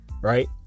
Right